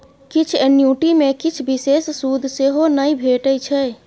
किछ एन्युटी मे किछ बिषेश सुद सेहो नहि भेटै छै